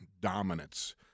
dominance